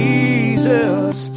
Jesus